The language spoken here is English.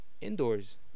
indoors